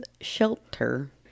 shelter